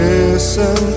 Listen